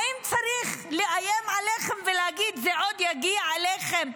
האם צריך לאיים עליכם ולהגיד: זה עוד יגיע אליכם,